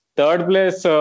third-place